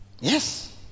Yes